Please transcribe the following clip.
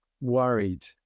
worried